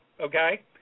okay